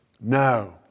No